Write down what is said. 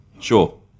Sure